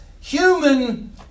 human